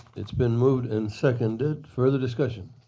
it's been moved and seconded. further discussion?